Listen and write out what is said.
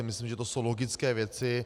Myslím, že to jsou logické věci.